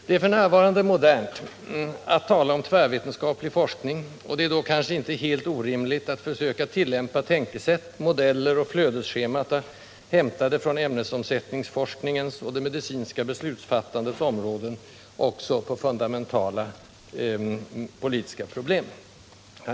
Det är f. n. modernt att tala om tvärvetenskaplig forskning, och det är då kanske inte helt orimligt att försöka tillämpa tänkesätt, modeller och flödesscheman hämtade från ämnesomsättningsforskningens och det medicinska beslutsfattandets områden också på fundamentala politiska problem.